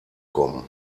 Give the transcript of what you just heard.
kommen